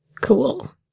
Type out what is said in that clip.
Cool